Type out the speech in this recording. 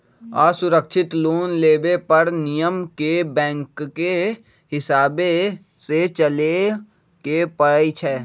असुरक्षित लोन लेबे पर नियम के बैंकके हिसाबे से चलेए के परइ छै